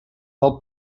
del